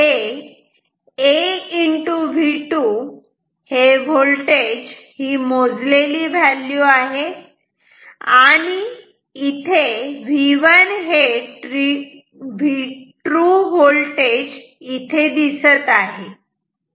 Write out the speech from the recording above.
हे a V2 voltage मोजलेली value आणि हे ट्रू होल्टेज इथे दिसत आहे